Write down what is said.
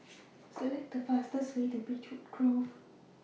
Select The fastest Way to Beechwood Grove